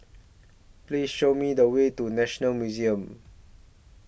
Please Show Me The Way to National Museum